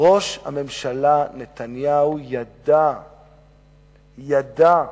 ראש הממשלה נתניהו ידע, ידע,